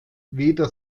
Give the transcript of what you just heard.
weder